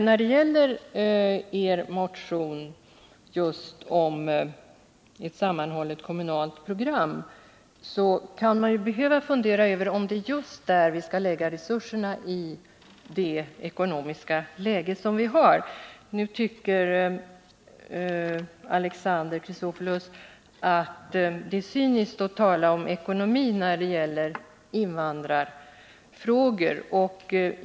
När det gäller socialdemokraternas motion om ett sammanhållet kommunalt program kan man behöva fundera över om det är just där man skall lägga resurserna i det ekonomiska läge vi har. Alexander Chrisopoulos tycker att det är cyniskt att tala om ekonomin när det gäller invandrarfrågorna.